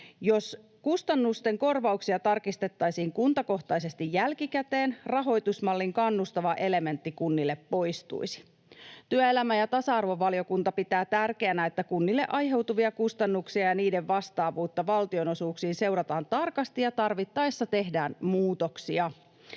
Jos kustannusten korvauksia tarkistettaisiin kuntakohtaisesti jälkikäteen, rahoitusmallin kannustava elementti kunnille poistuisi. Työelämä- ja tasa-arvovaliokunta pitää tärkeänä, että kunnille aiheutuvia kustannuksia ja niiden vastaavuutta valtionosuuksiin seurataan tarkasti ja tarvittaessa tehdään muutoksia